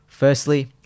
Firstly